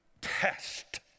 test